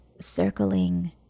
circling